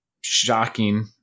shocking